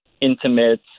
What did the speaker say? intimate